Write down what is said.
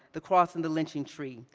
the cross and the lynching tree,